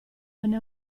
venne